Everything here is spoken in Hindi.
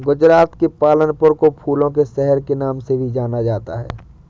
गुजरात के पालनपुर को फूलों के शहर के नाम से भी जाना जाता है